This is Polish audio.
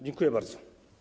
Dziękuję bardzo.